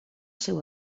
seu